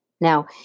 Now